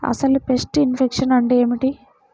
అసలు pest infection అంటే ఏమిటి?